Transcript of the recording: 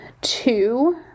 two